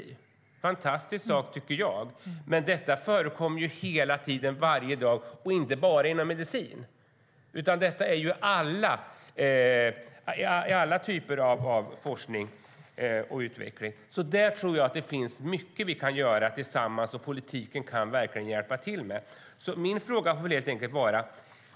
Det är en fantastisk sak, tycker jag, och det förekommer hela tiden, varje dag, och inte bara inom medicinområdet. Det gäller alla typer av forskning och utveckling. Där tror jag att vi tillsammans kan göra mycket, och politiken kan verkligen hjälpa till med det.